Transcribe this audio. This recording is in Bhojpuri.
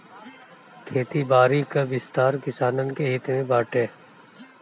खेती बारी कअ विस्तार किसानन के हित में बाटे